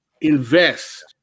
invest